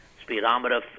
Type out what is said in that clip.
speedometer